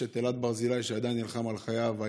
יש את אלעד ברזילי, שעדיין נלחם על חייו.